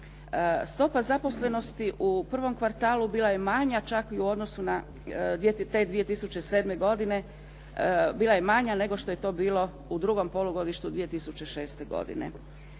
Stopa zaposlenosti u prvom kvartalu bila je manja čak i u odnosu na te 2007. godine, bila je manja nego što je to bilo u drugom polugodištu 2006. godine.